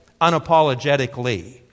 unapologetically